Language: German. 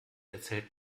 erzählt